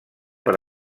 per